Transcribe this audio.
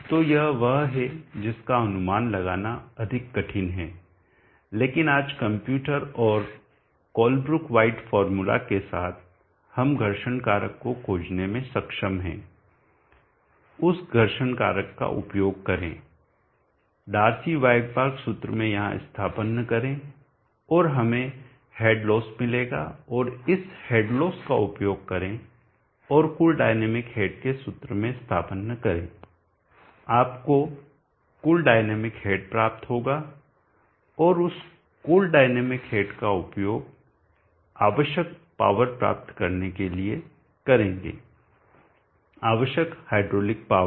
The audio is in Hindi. तो यह वह है जिसका अनुमान लगाना अधिक कठिन है लेकिन आज कंप्यूटर और कोलब्रुक व्हाइट फॉर्मूला के साथ हम घर्षण कारक को खोजने में सक्षम है उस घर्षण कारक का उपयोग करें डार्सी वायकबार्र्क सूत्र में यहां स्थानापन्न करें और हमें हेड लोस मिलेगा और इस हेड लोस का उपयोग करें और कुल डायनामिक हेड के सूत्र में स्थानापन्न करें आपको कुल डायनामिक हेड प्राप्त होगा और उस कुल डायनामिक हेड का उपयोग आवश्यक पॉवर प्राप्त करने के लिए करेंगे आवश्यक हाइड्रोलिक पॉवर